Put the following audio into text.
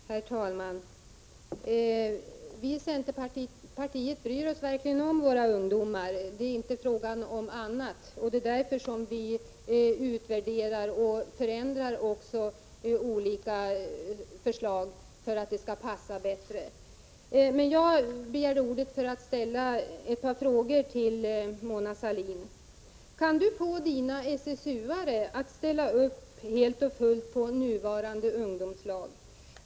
Herr talman! Vi i centerpartiet bryr oss verkligen om våra ungdomar, det är inte fråga om annat. Det är också därför som vi utvärderar och ändrar olika förslag. Jag begärde ordet för att få ställa ett par frågor till Mona Sahlin. Kan ni få era SSU-are att ställa upp helt och fullt på den nuvarande ungdomslagen?